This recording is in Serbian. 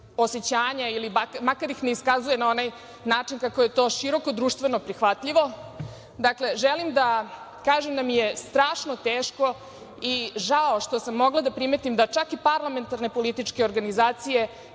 osećanja ili makar ih ne iskazuje na onaj način kako je to široko društveno prihvatljivo… Dakle, želim da kažem da mi je strašno teško i žao što sam mogla da primetim da čak i parlamentarne političke organizacije